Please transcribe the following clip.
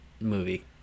movie